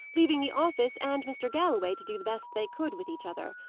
leaving the office and mr. galloway to do the best they could with each other.